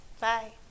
bye